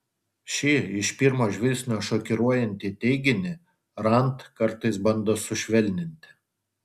šį iš pirmo žvilgsnio šokiruojantį teiginį rand kartais bando sušvelninti